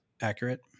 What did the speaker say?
accurate